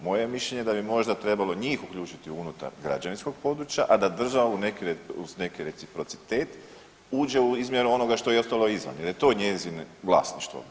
Moje je mišljenje da bi možda trebalo njih uključiti unutar građevinskog područja, a da država uz neki reprocitet uđe u izmjeru onoga što je ostalo izvan jer je to njezino vlasništvo.